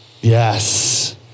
Yes